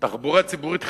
תחבורה ציבורית חינם,